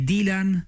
Dylan